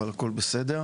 אבל הכול בסדר.